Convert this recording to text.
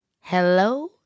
Hello